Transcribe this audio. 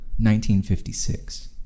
1956